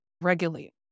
regulate